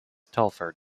telford